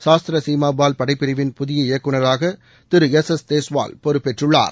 சாஸ்திர சீமா பால் படைப்பிரிவின் புதிய இயக்குநர் ஜெனரவாக திரு எஸ் எஸ் தேஸ்வால் பொறுப்பேற்றுள்ளார்